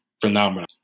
phenomenon